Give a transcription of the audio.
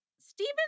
Steven